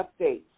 updates